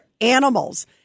animals